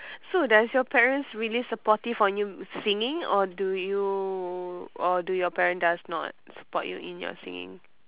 so does you parents really supportive on you singing or do you or do your parents does not support you in your singing